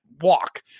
walk